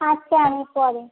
আচ্ছা আবার পরে